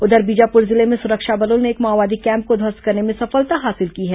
उधर बीजापुर जिले में सुरक्षा बलों ने एक माओवादी कैम्प को ध्वस्त करने में सफलता हासिल की है